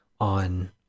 on